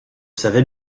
savez